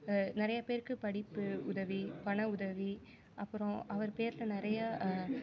நிறையா பேருக்கு படிப்பு உதவி பண உதவி அப்புறோம் அவர் பேரில் நிறையா